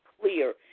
clear